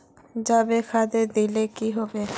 जाबे खाद दिले की होबे?